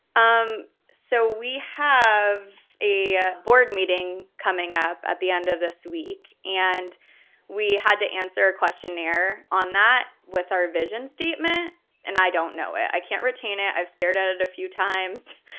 um so we have a a board meeting coming up at the end of this week, and we had to answer a questionnaire on that with our vision statement and i don't know, i can't retain it. i've stared at it a few times.